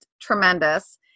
tremendous